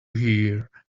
hear